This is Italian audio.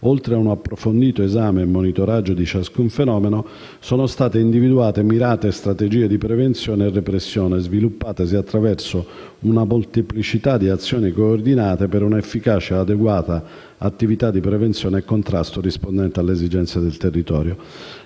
oltre ad un approfondito esame e monitoraggio di ciascun fenomeno, sono state individuate mirate strategie di prevenzione e repressione, sviluppatesi attraverso una molteplicità di azioni coordinate, per una efficace ed adeguata attività di prevenzione e contrasto rispondente alle esigenze del territorio.